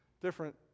different